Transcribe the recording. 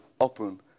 open